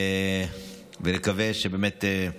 ונקווה שבאמת,